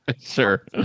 Sure